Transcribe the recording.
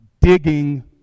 digging